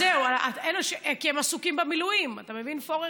זהו, כי הם עסוקים במילואים, אתה מבין, פורר?